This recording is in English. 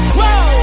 Whoa